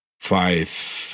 five